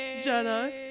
Jenna